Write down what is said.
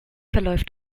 verläuft